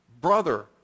brother